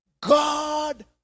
god